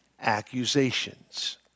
accusations